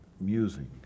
musing